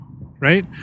right